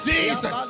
Jesus